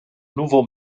nouveau